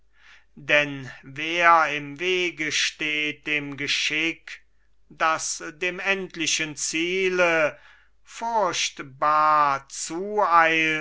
denn wer im wege steht dem geschick das dem endlichen ziele